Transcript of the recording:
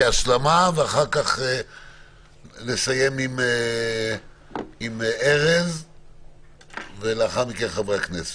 כהשלמה ואחר כך נסיים לשמוע את ארז קמיניץ ונשמע את חברי הכנסת.